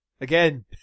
Again